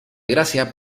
gracia